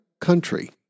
country